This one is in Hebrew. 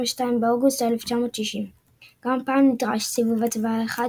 באוגוסט 1960. גם הפעם נדרש סיבוב הצבעה אחד,